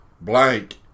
blank